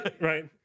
right